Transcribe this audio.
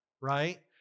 right